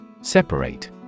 Separate